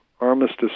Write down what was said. armistice